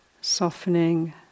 softening